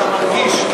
אתה מרגיש,